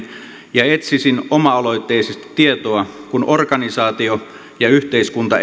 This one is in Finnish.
ja etsisin oma aloitteisesti tietoa kun organisaatio ja yhteiskunta